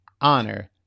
honor